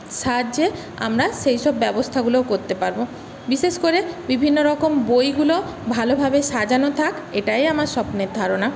সাহায্যে আমরা সেইসব ব্যবস্থাগুলোও করতে পারব বিশেষ করে বিভিন্নরকম বইগুলো ভালোভাবে সাজানো থাক এটাই আমার স্বপ্নের ধারণা